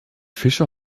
fische